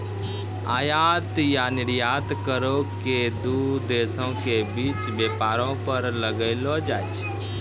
आयात या निर्यात करो के दू देशो के बीच व्यापारो पर लगैलो जाय छै